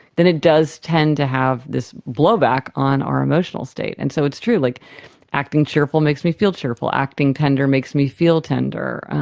then it does tend to have this blow-back on our emotional state. and so it's true, like acting cheerful makes me feel cheerful, acting tender makes me feel tender,